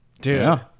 dude